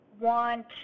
want